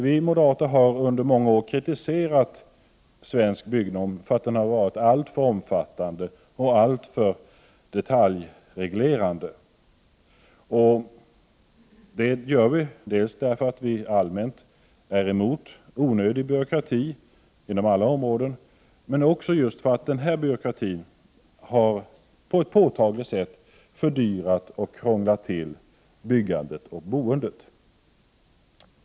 Vi moderater har i många år kritiserat Svensk byggnorm för att den har varit alltför omfattande och alltför detaljreglerande. Det har vi gjort dels därför att vi allmänt är emot onödig byråkrati på alla områden, dels för att just den här byråkratin på ett påtagligt sätt har fördyrat och krånglat till byggandet och boendet.